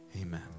Amen